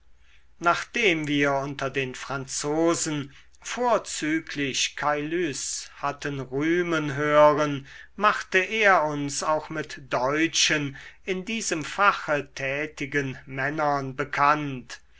nachdem wir unter den franzosen vorzüglich caylus hatten rühmen hören machte er uns auch mit deutschen in diesem fache tätigen männern bekannt